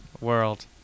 World